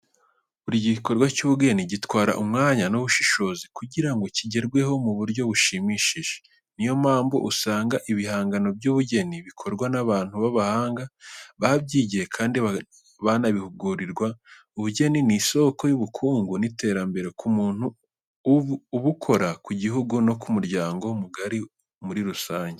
Buri gikorwa cy'ubugeni gitwara umwanya n'ubushishozi kugira ngo kigerweho mu buryo bushimishije. Ni yo mpamvu usanga ibihangano by'ubugeni bikorwa n'abantu b'abahanga, babyigiye kandi bakanabihugurirwa. Ubugeni ni isoko y'ubukungu n'iterambere ku muntu ubukora, ku gihugu no ku muryango mugari muri rusange.